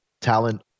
talent